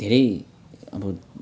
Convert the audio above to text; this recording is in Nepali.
धेरै अब